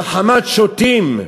נחמת שוטים,